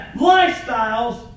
lifestyles